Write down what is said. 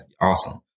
Awesome